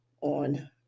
on